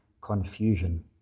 confusion